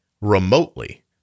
remotely